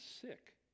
sick